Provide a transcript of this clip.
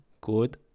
good